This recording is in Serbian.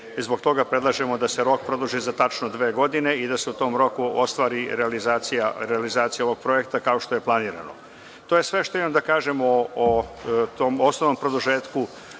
Zbog toga predlažemo da se rok produži za tačno dve godine i da se u tom roku ostvari realizacija ovog projekta, kao što je planirano. To je sve što imam da kažem o tom osnovnom produžetku